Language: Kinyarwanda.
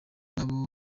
nabo